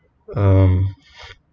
um